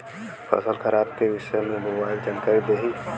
फसल खराब के विषय में मोबाइल जानकारी देही